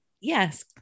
Yes